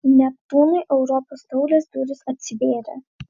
neptūnui europos taurės durys atsivėrė